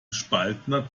gespaltener